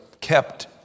kept